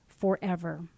forever